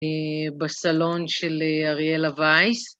בסלון של אריאלה וייס.